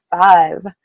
five